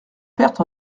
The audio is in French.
perte